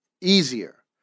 easier